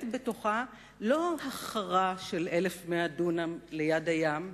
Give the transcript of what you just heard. בתוכה לא החכרה של 1,100 דונם ליד הים,